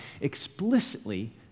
explicitly